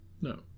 No